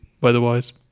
weather-wise